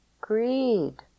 Greed